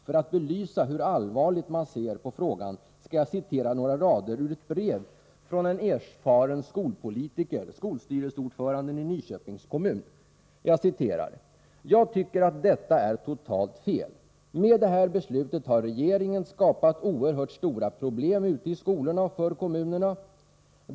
För att belysa hur allvarligt man ser på frågan skall jag citera några rader ur ett brev från en erfaren skolpolitiker, skolstyrelsens ordförande i Nyköpings kommun: ”Jag tycker detta var totalt fel. Med det här beslutet har regeringen skapat oerhört stora problem ute i skolorna och för kommunerna.